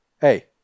hey